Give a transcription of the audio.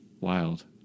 Wild